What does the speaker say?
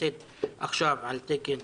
שנמצאת עכשיו על תקן